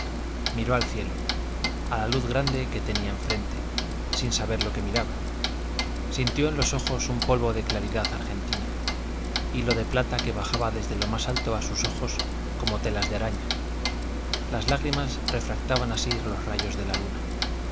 miró al cielo a la luz grande que tenía en frente sin saber lo que miraba sintió en los ojos un polvo de claridad argentina hilo de plata que bajaba desde lo alto a sus ojos como telas de araña las lágrimas refractaban así los rayos de la luna